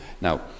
Now